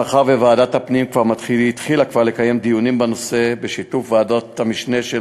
מאחר שוועדת הפנים התחילה כבר לקיים דיונים בנושא בשיתוף ועדות המשנה של